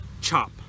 chop